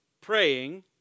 praying